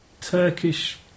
Turkish